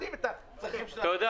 תודה.